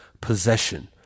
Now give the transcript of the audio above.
possession